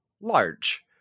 large